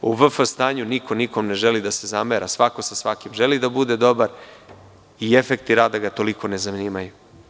U VF stanju niko nikom ne želi da se zamera, već svako sa svakim želi da bude dobar i efekti rada ga toliko ne zanimaju.